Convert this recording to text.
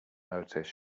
notice